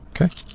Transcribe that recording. Okay